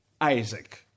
Isaac